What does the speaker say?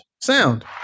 Sound